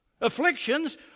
Afflictions